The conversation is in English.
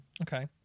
Okay